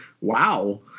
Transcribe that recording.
WOW